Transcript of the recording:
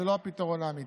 זה לא הפתרון האמיתי.